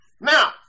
Now